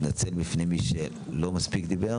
אני מתנצל בפני מי שלא דיבר.